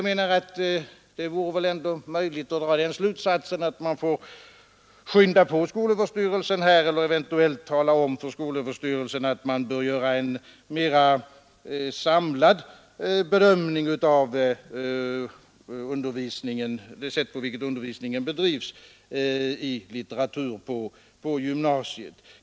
Men det vore väl ändå möjligt att dra den slutsatsen att man får skynda på skolöverstyrelsen eller eventuellt tala om för skolöverstyrelsen att man bör göra en mer samlad bedömning av det sätt på vilket undervisningen i litteratur bedrivs på gymnasiet.